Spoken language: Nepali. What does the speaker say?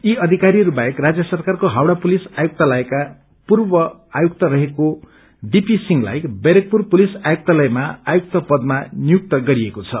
यी अयिक्ररीहरू बाहेक राज्य सरकारको इछउड़ा पुलिस आयुक्तालयका पूर्व आयुक्त रहेका डीपी सिंहसलाई ब्यारेकपुर पुलिस आयुक्तालयमा आयुक्त नियुक्त गरिएको छ